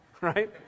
Right